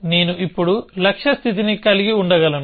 నేను ఇప్పుడు లక్ష్య స్థితిని కలిగి ఉండగలను